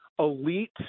elite